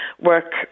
work